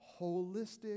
holistic